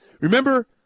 Remember